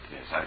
Yes